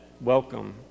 welcome